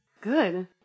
good